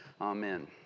amen